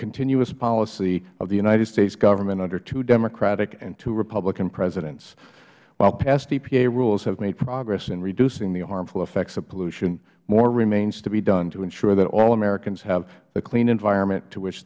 continuous policy of the united states government under two democratic and two republican presidents while past epa rules have made progress in reducing the harmful effects of pollution more remains to be done to ensure that all americans have the clean environment to which